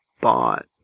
bought